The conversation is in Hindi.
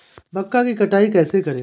मक्का की कटाई कैसे करें?